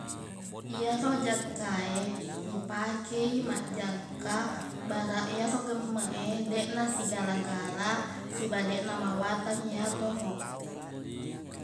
iyaro jakka e ipakei maqjakka baraq iyero gemmeq e deqna sigala-gala siba deqna mawatang iyatoroq